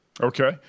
Okay